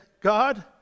God